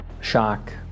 Shock